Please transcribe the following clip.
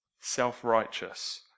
self-righteous